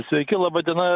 sveiki laba diena